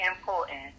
important